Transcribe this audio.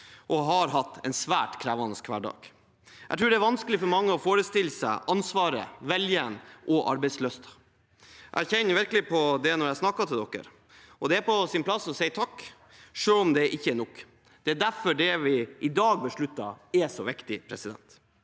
og har hatt en svært krevende hverdag. Jeg tror det er vanskelig for mange å forestille seg ansvaret, viljen og arbeidslysten. Jeg kjenner virkelig på det når jeg snakker om det, og det er på sin plass å si takk, selv om det ikke er nok. Derfor er det vi i dag beslutter, så viktig. Dette